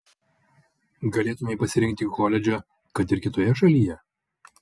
galėtumei pasirinkti koledžą kad ir kitoje šalyje